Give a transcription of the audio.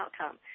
outcome